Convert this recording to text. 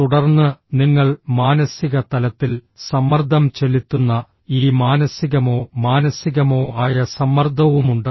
തുടർന്ന് നിങ്ങൾ മാനസിക തലത്തിൽ സമ്മർദ്ദം ചെലുത്തുന്ന ഈ മാനസികമോ മാനസികമോ ആയ സമ്മർദ്ദവുമുണ്ട്